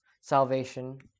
salvation